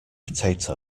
potato